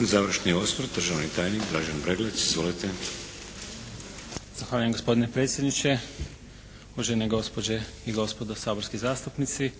Završni osvrt državni tajnik Dražen Breglec. Izvolite. **Breglec, Dražen** Zahvaljujem gospodine predsjedniče. Uvažene gospođe i gospodo saborski zastupnici.